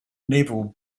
naval